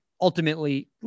Ultimately